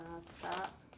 Stop